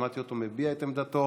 שמעתי אותו מביע את עמדתו.